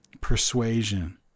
persuasion